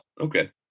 Okay